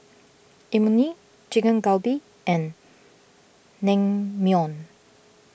Imoni Chicken Galbi and Naengmyeon